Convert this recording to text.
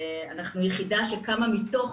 אנחנו יחידה שקמה מתוך